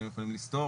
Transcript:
האם הם יכולים לסתור,